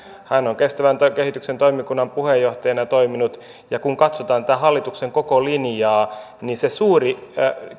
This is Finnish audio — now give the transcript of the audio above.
hän on kestävän kehityksen toimikunnan puheenjohtajana toiminut kun katsotaan tätä hallituksen koko linjaa niin se suuri